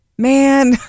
man